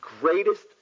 greatest